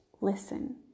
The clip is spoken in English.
listen